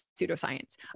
pseudoscience